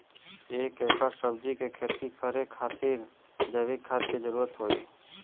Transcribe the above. एक एकड़ सब्जी के खेती खातिर कितना जैविक खाद के जरूरत होई?